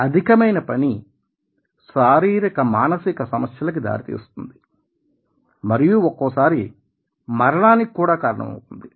అధికమైన పని శారీరక మానసిక సమస్యలకి దారి తీస్తుంది మరియు ఒక్కోసారి మరణానికి కూడా కారణం అవుతుంది